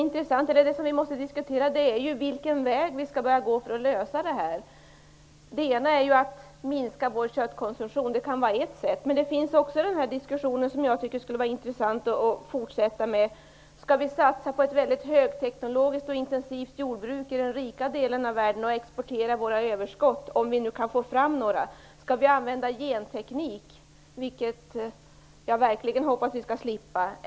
Vad vi måste diskutera är vilken väg vi skall gå för att lösa det här. Ett sätt är att minska vår köttkonsumtion. Men det vore också intressant att fortsätta med diskussionen om huruvida vi skall satsa på ett väldigt högteknologiskt och intensivt jordbruk i den rika delen av världen och exportera våra överskott, om vi nu kan få fram några. Skall vi använda genteknik, vilket jag verkligen hoppas att vi slipper?